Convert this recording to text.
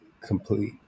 complete